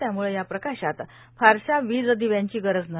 त्याम्ळे या प्रकाशात फारशा वीज दिव्यांची गरज नाही